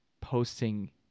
posting